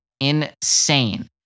insane